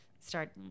start